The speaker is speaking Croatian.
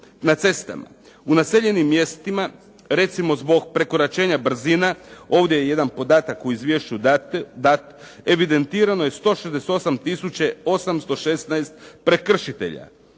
na cestama. U naseljenim mjestima, recimo zbog prekoračenja brzina, ovdje je jedan podatak u izvješću dat, evidentirano je 168 tisuća 816 prekršitelja.